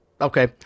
Okay